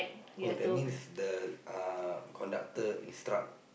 oh that means the uh conductor instruct